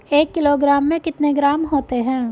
एक किलोग्राम में कितने ग्राम होते हैं?